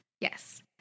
Yes